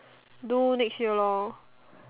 do next year lor